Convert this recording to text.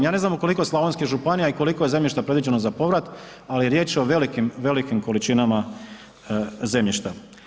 Ja ne znam u koliko je slavonskih županija i koliko je zemljišta predviđeno za povrat, ali je riječ o velikim količinama zemljišta.